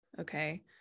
Okay